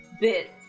bit